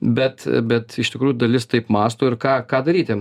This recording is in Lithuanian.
bet bet iš tikrųjų dalis taip mąsto ir ką ką daryti